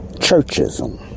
Churchism